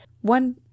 one